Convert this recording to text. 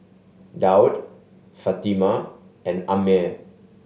Daud Fatimah and Ammir